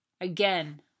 Again